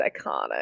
iconic